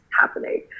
happening